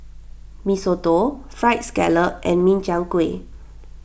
Mee Soto Fried Scallop and Min Chiang Kueh